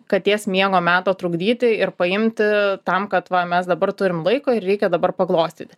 katės miego meto trukdyti ir paimti tam kad va mes dabar turim laiko ir reikia dabar paglostyti